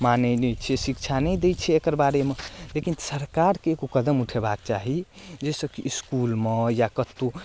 मानै नहि छै शिक्षा नहि दै छै एकर बारे मे लेकिन सरकारके एगो कदम उठेबाक चाही जाहिसँ कि इसकुलमे या कतौ